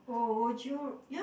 oh would you you know